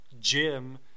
Jim